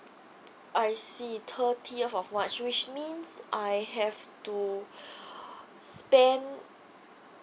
I see thirtieth of march which means I have to spend